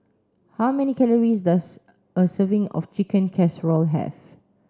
how many calories does a serving of Chicken Casserole have